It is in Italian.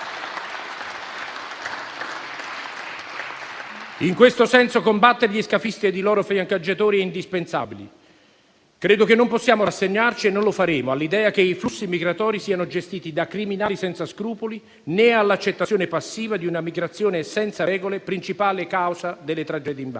In questo senso, combattere gli scafisti e i loro fiancheggiatori è indispensabile. Credo che non possiamo rassegnarci - e non lo faremo - all'idea che i flussi migratori siano gestiti da criminali senza scrupoli, né all'accettazione passiva di una migrazione senza regole, principale causa delle tragedie in mare.